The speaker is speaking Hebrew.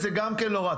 זה גם כן לא רע.